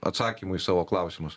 atsakymų į savo klausimus